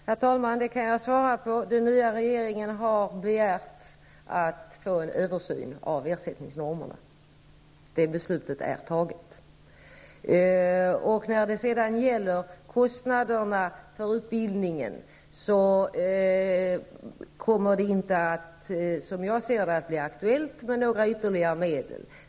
Herr talman! Ja då, den kan jag svara på. Den nya regeringen har begärt att få en översyn av ersättningsnormerna. Det beslutet är fattat. När det gäller kostnaderna för utbildningen är det -- som jag ser det -- inte aktuellt med några ytterligare medel.